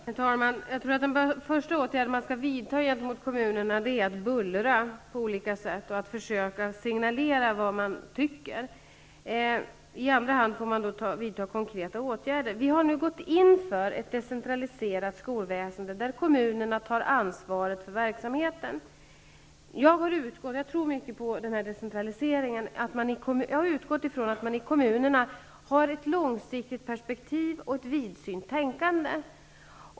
Herr talman! Jag tror att den första den åtgärd man skall vidta gentemot kommunerna är att bullra på olika sätt och försöka signalera vad man tycker. I andra hand får man vidta konkreta åtgärder. Vi har nu gått in för ett decentraliserat skolväsende, där kommunerna tar ansvaret för verksamheten. Jag tror mycket på decentraliseringen, och jag har utgått från att man i kommunerna har ett långsiktigt perspektiv och ett vidsynt tänkande.